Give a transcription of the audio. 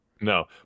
No